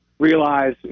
realize